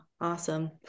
Awesome